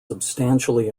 substantially